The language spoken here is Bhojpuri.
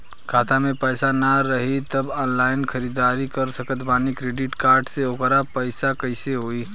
खाता में पैसा ना रही तबों ऑनलाइन ख़रीदारी कर सकत बानी क्रेडिट कार्ड से ओकर भरपाई कइसे होई?